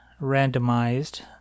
randomized